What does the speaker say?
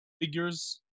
Figures